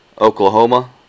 Oklahoma